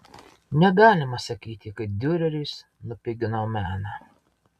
negalima sakyti kad diureris nupigino meną